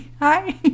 hi